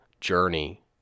journey